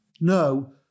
no